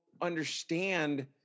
understand